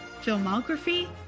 filmography